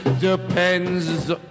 depends